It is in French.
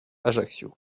ajaccio